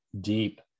deep